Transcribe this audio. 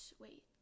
wait